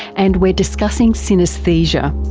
and we're discussing synaesthesia.